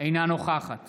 אינה נוכחת